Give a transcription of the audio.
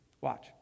Watch